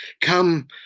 Come